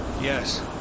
Yes